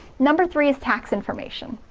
number three is tax information.